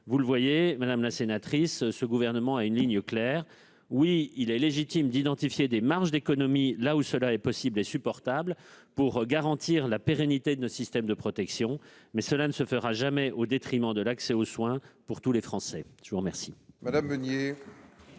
Vous le voyez, madame la sénatrice, ce gouvernement a une ligne claire. Il est bien légitime d'identifier des marges d'économies là où c'est possible et supportable pour garantir la pérennité de nos systèmes de protection, mais cela ne s'effectuera jamais au détriment de l'accès aux soins pour tous les Français. La parole